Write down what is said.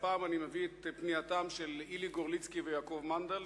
והפעם אני מביא את פנייתם של אילי גורליצקי ויעקב מנדל,